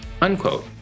unquote